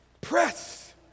press